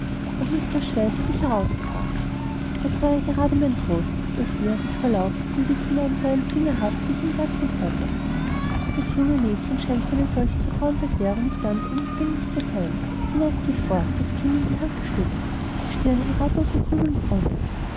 und nichts als schweiß hab ich herausgebracht das war ja gerade mein trost daß ihr mit verlaub so viel witz in eurem kleinen finger habt wie ich im ganzen körper das junge mädchen scheint für eine solche vertrauenserklärung nicht ganz unempfänglich zu sein sie neigt sich vor das kinn in die hand gestützt die stirn in ratlosem grübeln gerunzelt